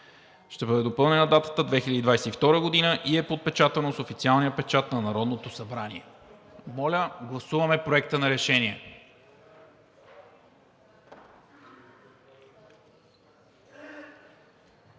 ще бъде допълнена датата – 2022 г. и е подпечатано с официалния печат на Народното събрание.“ Моля, гласуваме Проекта на решение.